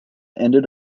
ended